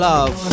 Love